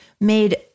made